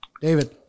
David